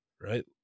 right